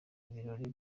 birori